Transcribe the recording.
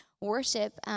worship